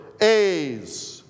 A's